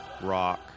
rock